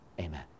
Amen